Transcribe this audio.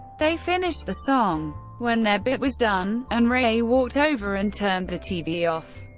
they finished the song when their bit was done, and ray walked over and turned the tv off.